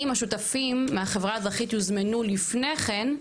אם השותפים מהחברה האזרחית יוזמנו לפני כן,